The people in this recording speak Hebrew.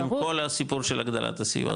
אם כל הסיפור של הגדלת הסיוע,